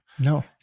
No